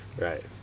Right